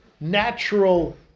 natural